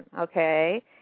okay